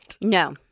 No